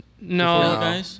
No